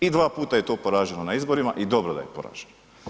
I dva puta je to poraženo na izborima i dobro da je poraženo.